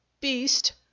Beast